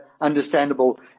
understandable